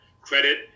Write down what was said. credit